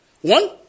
One